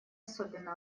особенно